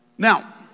Now